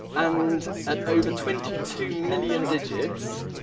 and at over twenty two million digits,